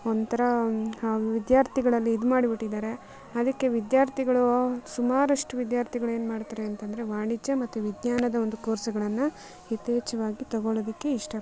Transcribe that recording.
ಒಂಥರ ಆ ವಿದ್ಯಾರ್ಥಿಗಳಲ್ಲಿ ಇದು ಮಾಡಿ ಬಿಟ್ಟಿದಾರೆ ಅದಕ್ಕೆ ವಿದ್ಯಾರ್ಥಿಗಳು ಸುಮಾರಷ್ಟು ವಿದ್ಯಾರ್ಥಿಗಳು ಏನು ಮಾಡ್ತಾರೆ ಅಂತಂದರೆ ವಾಣಿಜ್ಯ ಮತ್ತು ವಿಜ್ಞಾನದ ಒಂದು ಕೋರ್ಸುಗಳನ್ನು ಯಥೇಚ್ಚವಾಗಿ ತೊಗೊಳೋದಕ್ಕೆ ಇಷ್ಟ